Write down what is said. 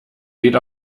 geht